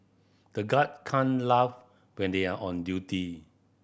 the guard can't laugh when they are on duty